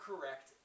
correct